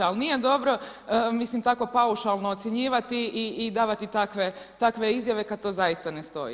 Ali nije dobro tako paušalno ocjenjivati i davati takve izjave kada to zaista ne stoji.